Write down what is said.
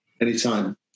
Anytime